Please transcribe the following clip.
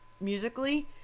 musically